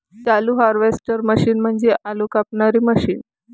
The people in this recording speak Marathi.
आलू हार्वेस्टर मशीन म्हणजे आलू कापणारी मशीन